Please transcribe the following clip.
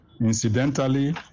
Incidentally